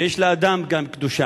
ויש גם לאדם קדושה.